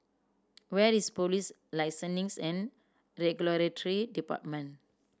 where is Police Listening and Regulatory Department